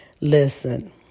listen